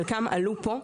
חלק מהמענים עלו פה,